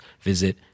visit